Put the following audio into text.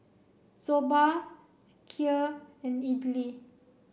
Soba Kheer and Idili